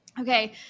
Okay